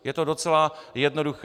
Je to docela jednoduché.